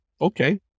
okay